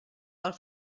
pel